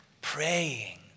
praying